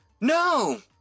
No